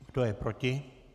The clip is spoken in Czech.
Kdo je proti?